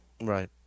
Right